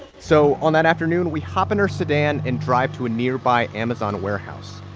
so on that afternoon, we hop in her sedan and drive to nearby amazon warehouse.